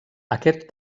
aquest